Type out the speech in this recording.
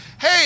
Hey